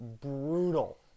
brutal